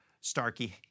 Starkey